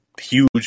huge